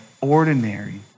ordinary